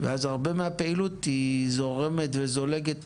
ואז הרבה מהפעילות זורמת וזולגת